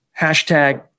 Hashtag